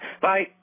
bye